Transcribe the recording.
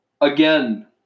again